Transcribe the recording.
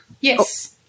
yes